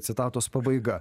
citatos pabaiga